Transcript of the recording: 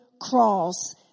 cross